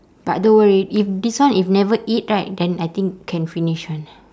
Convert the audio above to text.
but don't worry if this one if never eat right then I think can finish [one]